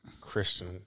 Christian